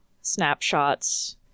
snapshots